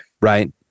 Right